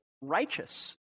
righteous